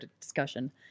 discussion